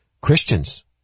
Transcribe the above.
Christians